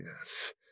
yes